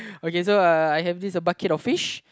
okay so uh I have this a bucket of fish